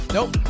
Nope